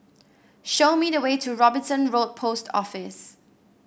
show me the way to Robinson Road Post Office